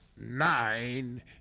nine